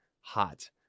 hot